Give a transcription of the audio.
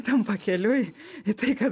ten pakeliui į tai kas